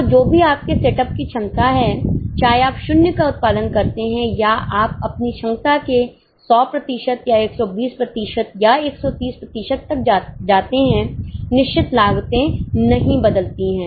तो जो भी आपके सेटअप की क्षमता है चाहे आप 0 का उत्पादन करते हैं या आप अपनी क्षमता के 100 प्रतिशत या 120 या 130 प्रतिशत तक जाते हैं निश्चित लागतें नहीं बदलती हैं